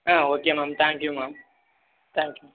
ah okay ma'am thank you ma'am thank you